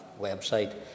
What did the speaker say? website